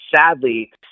sadly